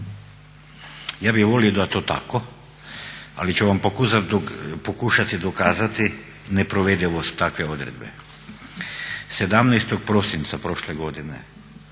Ja bih volio da je to tako ali ću vam pokušati dokazati neprovedivost takve odredbe. 17. prosinca prošle godine